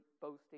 boasting